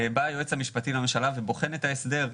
בא היועץ המשפטי לממשלה ובוחן את ההסדר,